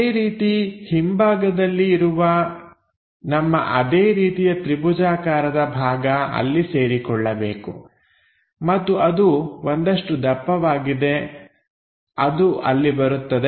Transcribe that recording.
ಅದೇ ರೀತಿ ಹಿಂಭಾಗದಲ್ಲಿ ಇರುವ ನಮ್ಮ ಅದೇ ರೀತಿಯ ತ್ರಿಭುಜಾಕಾರದ ಭಾಗ ಅಲ್ಲಿಗೆ ಸೇರಿಕೊಳ್ಳಬೇಕು ಮತ್ತು ಅದು ಒಂದಷ್ಟು ಅಗಲವಾಗಿದೆ ಅದು ಅಲ್ಲಿ ಬರುತ್ತದೆ